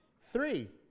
Three